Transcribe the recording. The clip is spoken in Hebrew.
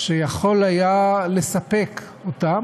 שיכול היה לספק אותם,